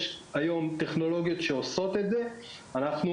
יש כבר היום טכנולוגיות שעושות את זה ואנחנו